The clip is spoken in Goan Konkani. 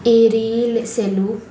एरिल्स सेलू